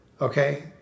okay